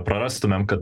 prarastumėm kad